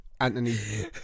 Anthony